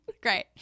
Great